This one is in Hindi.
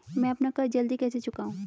मैं अपना कर्ज जल्दी कैसे चुकाऊं?